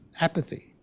apathy